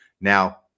now